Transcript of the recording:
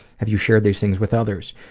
have you shared these things with others?